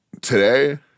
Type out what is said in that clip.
today